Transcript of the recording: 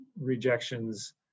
rejections